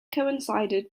coincided